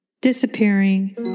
disappearing